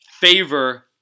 favor